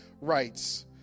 rights